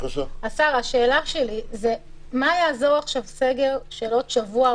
מה יעזור עכשיו סגר של עוד שבוע.